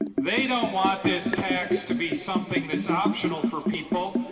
they don't want this tax to be something that's optional for people.